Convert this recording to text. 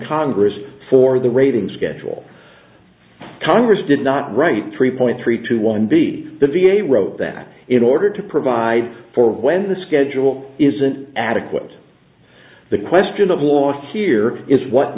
congress for the ratings schedule congress did not write three point three two one b the v a wrote that in order to provide for when the schedule isn't adequate the question of last year is what